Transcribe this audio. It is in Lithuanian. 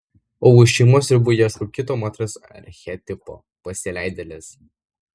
o už šeimos ribų ieško kito moters archetipo pasileidėlės